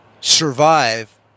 survive